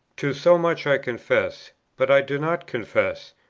to so much i confess but i do not confess,